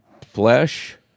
flesh